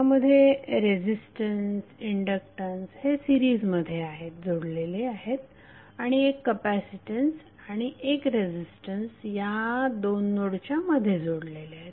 त्यामध्ये resistance inductance हे series मध्ये जोडलेले आहेत आणि एक कपॅसीटन्स आणि एक रेझीस्टन्स या दोन नोडच्या मध्ये जोडलेले आहेत